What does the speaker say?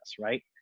Right